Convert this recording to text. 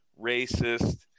racist